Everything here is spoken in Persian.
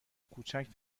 کوچک